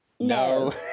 No